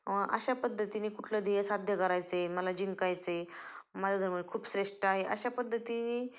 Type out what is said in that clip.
अशा पद्धतीने कुठलं ध्येय साध्य करायचे मला जिंकायचे माझा धर्म खूप श्रेष्ठ आहे अशा पद्धतीने